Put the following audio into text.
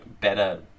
better